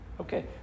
Okay